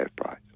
price